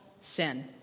sin